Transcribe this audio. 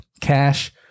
cash